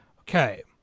Okay